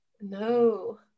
No